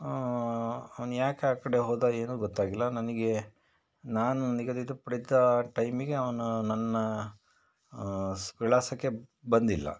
ಅವ್ನು ಯಾಕೆ ಆ ಕಡೆ ಹೋದ ಏನೂ ಗೊತ್ತಾಗಿಲ್ಲ ನನಗೆ ನಾನು ನಿಗದಿತ ಪಡಿತ ಟೈಮಿಗೆ ಅವನು ನನ್ನ ವಿಳಾಸಕ್ಕೆ ಬಂದಿಲ್ಲ